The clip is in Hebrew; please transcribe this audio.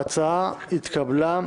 ההצעה התקבלה.